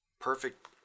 Perfect